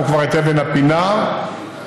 חבר הכנסת דב חנין, בבקשה.